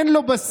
אין לו בסיס,